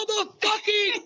motherfucking